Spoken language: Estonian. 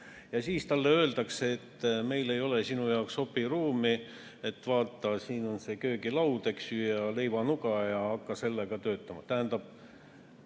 Ja siis talle öeldakse, et meil ei ole sinu jaoks opiruumi, vaata, siin on köögilaud, eks ju, ja leivanuga, hakka sellega töötama. Tähendab,